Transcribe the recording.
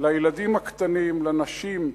לילדים הקטנים, לנשים,